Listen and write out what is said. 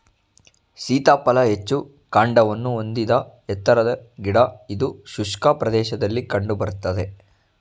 ಸೀತಾಫಲ ಹೆಚ್ಚು ಕಾಂಡವನ್ನು ಹೊಂದಿದ ಎತ್ತರದ ಗಿಡ ಇದು ಶುಷ್ಕ ಪ್ರದೇಶದಲ್ಲಿ ಕಂಡು ಬರ್ತದೆ